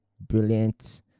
brilliant